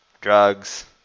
Drugs